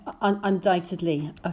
undoubtedly